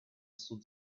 суд